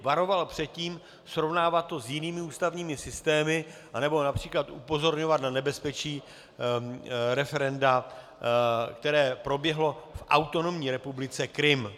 Varoval bych před tím, srovnávat to s jinými ústavními systémy, anebo např. upozorňovat na nebezpečí referenda, které proběhlo v autonomní republice Krym.